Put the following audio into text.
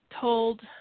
told